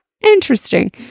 interesting